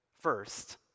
first